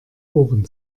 ohren